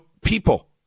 people